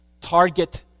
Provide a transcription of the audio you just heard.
target